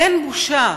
אין בושה.